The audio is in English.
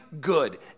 good